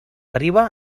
riba